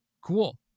Cool